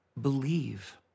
believe